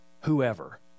whoever